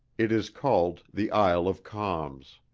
it is called the isle of calms.